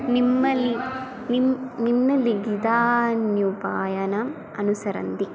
निम्नमलिनं निम्नलघुदान्योपायनम् अनुसरन्ति